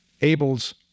Abel's